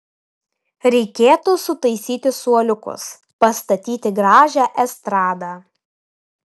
reikėtų sutaisyti suoliukus pastatyti gražią estradą